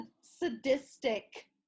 sadistic